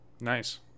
nice